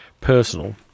personal